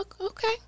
okay